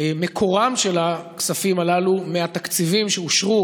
מקורם של הכספים הללו מהתקציבים שאושרו